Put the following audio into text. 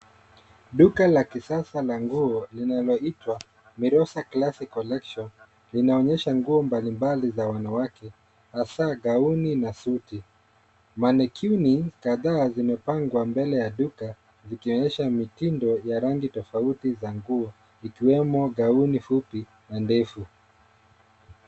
Duka la kisasa la nguo linaloitwa, merosa classic collection, linaonyesha nguo mbalimbali za wanawake hasa gauni na suti. Manequinn kadhaa zimepangwa mbele ya duka zikionyesha mitindo ya rangi tofauti za nguo ikiwemo gauni fupi na ndefu.